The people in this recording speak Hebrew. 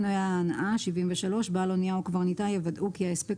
73.הספק מנועי ההנעה בעל אנייה או קברניטה יוודאו כי ההספק